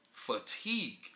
Fatigue